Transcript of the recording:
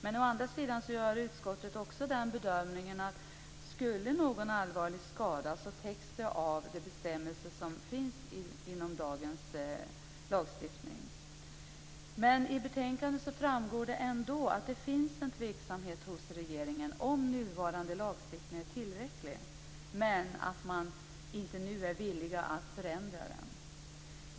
Men å andra sidan gör utskottet också den bedömningen att om någon allvarlig skada uppstår täcks det av de bestämmelser som finns inom dagens lagstiftning. I betänkandet framgår det ändå att det finns en tveksamhet hos regeringen om nuvarande lagstiftning är tillräcklig men att man inte nu är villig att förändra den.